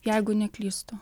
jeigu neklystu